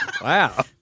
Wow